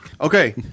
Okay